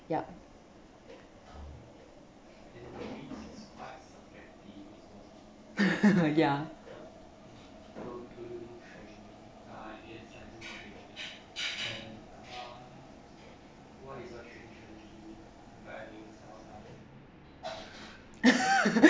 yup ya